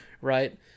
Right